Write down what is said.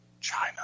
China